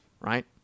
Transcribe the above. right